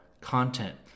content